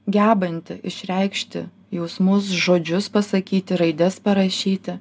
gebanti išreikšti jausmus žodžius pasakyti raides parašyti